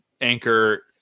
anchor